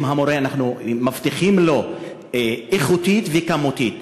אם מבטיחים לו איכותית וכמותית,